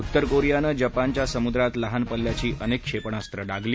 उत्तर कोरियानं जपानच्या समुद्रात लहान पल्ल्याची अनेक क्षेपणास्त्र डागली